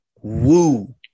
woo